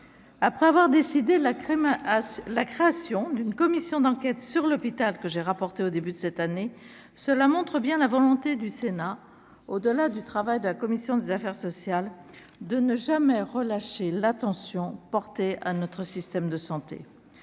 après avoir décidé la crème à la création d'une commission d'enquête sur l'hôpital, que j'ai rapporté au début de cette année, cela montre bien la volonté du Sénat au-delà du travail de la commission des affaires sociales de ne jamais relâcher l'attention portée à notre système de santé